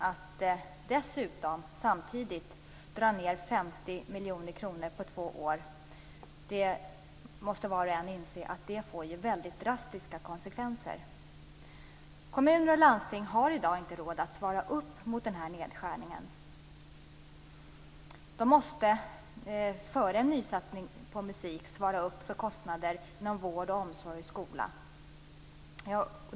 Att dessutom samtidigt dra ned 50 miljoner kronor på två år får väldigt drastiska konsekvenser. Det måste var och en inse. Kommuner och landsting har i dag inte råd att svara upp mot den nedskärningen. De måste före en nysatsning på musik svara för kostnader inom vård, omsorg och skola.